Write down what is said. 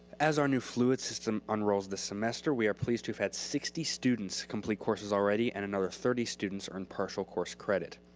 as our new fluid system unrolls this semester, we are pleased to have had sixty students complete courses already and another thirty students earned partial course credit.